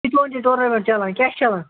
T twenty tournament چَلان کیٛاہ چھِ چَلان